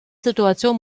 situation